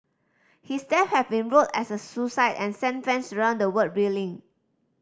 his death has been ruled as a suicide and sent fans around the world reeling